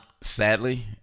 sadly